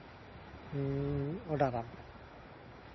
ᱚᱰᱟᱨᱟᱢ ᱠᱟᱱᱟ